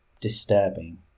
disturbing